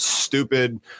stupid